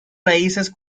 raíces